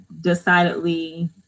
decidedly